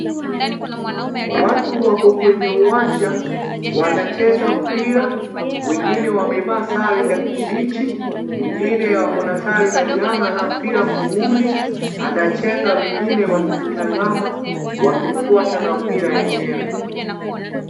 Watu wako kwenye uwanja wanacheza mpira wengine wamevaa sare ya kibichi mwingine ako na sare la njano na mpira muguuni anchenga wengine wakimtazama wakimfuata na mpira yenyewe.